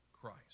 Christ